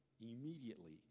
immediately